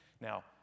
Now